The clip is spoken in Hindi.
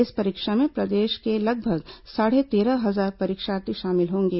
इस परीक्षा में प्रदेश के लगभग साढ़े तेरह हजार परीक्षार्थी शामिल होंगे